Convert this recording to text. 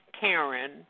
Karen